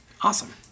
Awesome